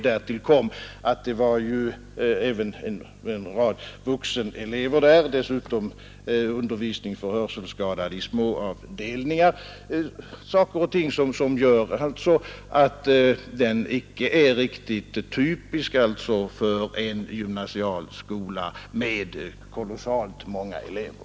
Därtill kom att man också hade ett antal vuxenelever vid skolan. Dessutom bedrevs undervisning för hörselskadade i små avdelningar. Dessa faktorer gör alltså att skolan inte är någon typisk gymnasieskola med kolossalt många elever.